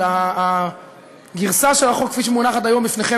אלא הגרסה של החוק כפי שהיא מונחת היום לפניכם